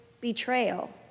betrayal